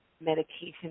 medication